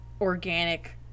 organic